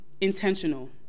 intentional